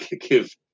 give